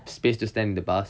space to stand in the bus